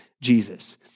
Jesus